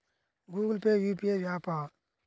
Google Pay UPI య్యాపా?